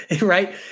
right